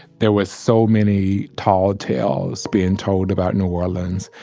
there were so many tall tales being told about new orleans,